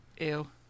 Ew